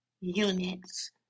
units